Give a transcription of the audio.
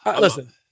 Listen